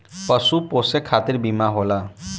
पशु पोसे खतिर बीमा होला